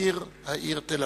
"יקיר העיר תל-אביב".